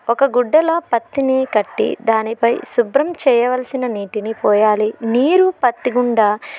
ఒక గుడ్డలో పత్తిని కట్టి దానిపై శుభ్రం చేయవలసిన నీటిని పోయాలి నీరు పత్తిగుండా